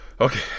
Okay